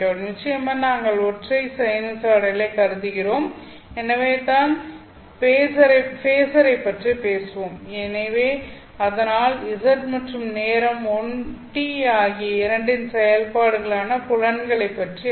நிச்சயமாக நாங்கள் ஒற்றை சைனூசாய்டலைக் கருதுகிறோம் எனவே தான் பேஸரைப் பற்றி பேசுவோம் ஆனால் z மற்றும் நேரம் t ஆகிய இரண்டின் செயல்பாடுகளான புலன்களைப் பற்றி அல்ல